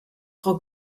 frau